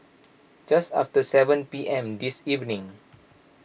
just after seven P M this evening